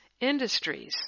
industries